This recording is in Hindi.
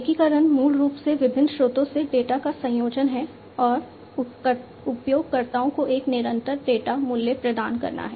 एकीकरण मूल रूप से विभिन्न स्रोतों से डेटा का संयोजन है और उपयोगकर्ताओं को एक निरंतर डेटा मूल्य प्रदान करना है